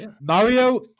Mario